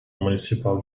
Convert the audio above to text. municipal